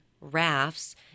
rafts